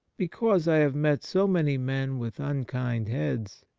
because i have met so many men with unkind heads,